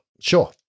Sure